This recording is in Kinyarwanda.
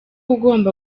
ugomba